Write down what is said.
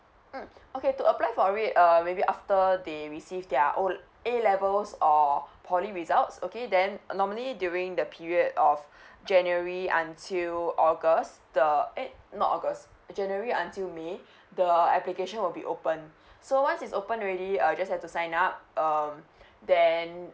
mm okay to apply for it err maybe after they receive their O A levels or poly results okay then normally during the period of january until august the eh not august january until may the application will be open so once it's open already uh just have to sign up um then